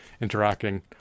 interacting